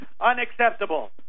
unacceptable